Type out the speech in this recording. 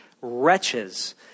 wretches